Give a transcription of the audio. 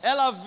Ela